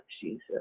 Jesus